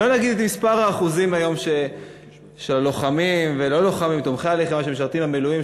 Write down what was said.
לא נגיד את האחוזים של הלוחמים היום ותומכי הלחימה שמשרתים במילואים,